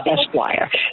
Esquire